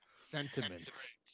Sentiments